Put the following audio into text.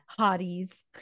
hotties